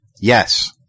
Yes